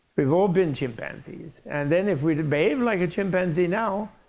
we've all been chimpanzees. and then, if we behave like a chimpanzee now,